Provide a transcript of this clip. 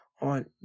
on